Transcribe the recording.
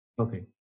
Okay